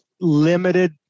Limited